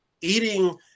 eating